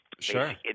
Sure